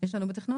יש לנו בתכנון?